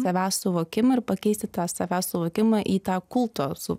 savęs suvokimą ir pakeisti tą savęs suvokimą į tą kulto su